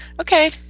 okay